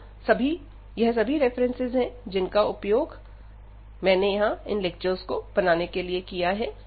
तो यह सभी रेफरेंसेस है जिनका उपयोग मैंने इन लेक्चरस को बनाने के लिए किया है